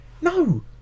no